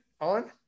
on